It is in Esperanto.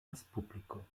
respubliko